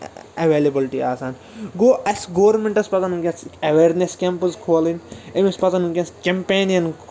availability آسان گوٚو اَسہِ گورمٮ۪نٹس پَزَن وٕنکٮ۪س اٮ۪وٮ۪رنٮ۪س کٮ۪مپٕس کھولٕنۍ أمِس پَزَن وٕنکٮ۪س چیٚمپٮ۪نِٮ۪ن کَرٕنۍ